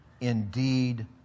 indeed